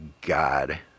god